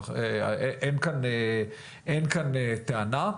אין כאן טענה,